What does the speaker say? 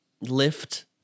lift